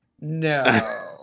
No